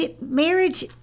marriage